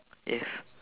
yes